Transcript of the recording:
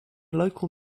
local